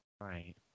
Right